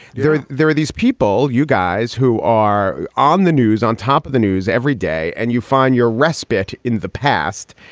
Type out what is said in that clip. there there are these people, you guys who are on the news on top of the news every day and you find your respect in the past.